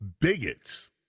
bigots